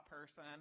person